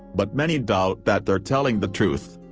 but many doubt that they're telling the truth.